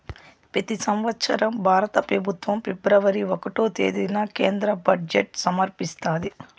పెతి సంవత్సరం భారత పెబుత్వం ఫిబ్రవరి ఒకటో తేదీన కేంద్ర బడ్జెట్ సమర్పిస్తాది